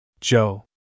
Joe